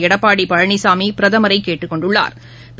எடப்பாடி பழனிசாமி பிரதமரை கேட்டுக் கொண்டுள்ளாா்